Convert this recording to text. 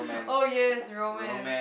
oh yes romance